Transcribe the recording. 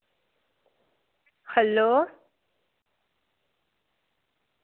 hello